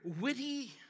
witty